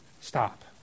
stop